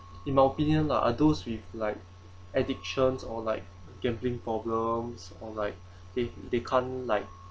in my opinion lah are those with like addictions or like gambling problems or like they they can't like